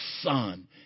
son